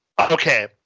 okay